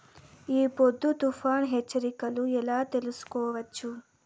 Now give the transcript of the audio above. ఈ పొద్దు తుఫాను హెచ్చరికలు ఎలా తెలుసుకోవచ్చు?